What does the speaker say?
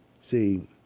See